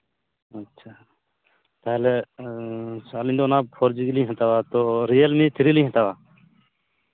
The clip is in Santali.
ᱟᱪᱪᱷᱟ ᱛᱟᱦᱚᱞᱮ ᱟᱹᱞᱤᱧ ᱫᱚ ᱚᱱᱟ ᱯᱷᱳᱨᱡᱤ ᱜᱮᱞᱤᱧ ᱦᱟᱛᱟᱣᱟ ᱛᱚ ᱨᱤᱭᱮᱞᱢᱤ ᱛᱷᱨᱤᱞᱤᱧ ᱦᱟᱛᱟᱣᱟ